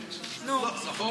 תודה.